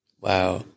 wow